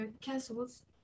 castles